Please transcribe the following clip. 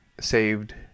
saved